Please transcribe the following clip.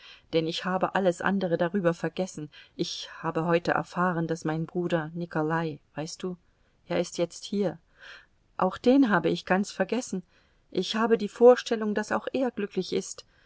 denn ich habe alles andere darüber vergessen ich habe heute erfahren daß mein bruder nikolai weißt du er ist jetzt hier auch den habe ich ganz vergessen ich habe die vorstellung daß auch er glücklich ist